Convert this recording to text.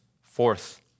Fourth